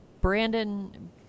Brandon